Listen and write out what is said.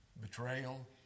betrayal